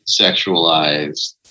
Sexualized